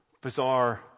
bizarre